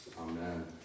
amen